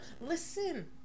listen